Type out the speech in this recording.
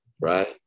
right